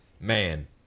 man